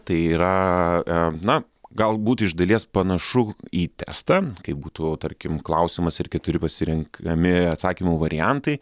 tai yra a na galbūt iš dalies panašu į testą kaip būtų tarkim klausimas ir keturi pasirenkami atsakymų variantai